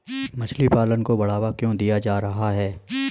मछली पालन को बढ़ावा क्यों दिया जा रहा है?